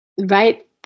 right